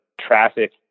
traffic